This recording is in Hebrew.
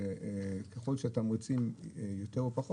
וגם לא תמיד התמריצים משפיעים.